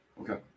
Okay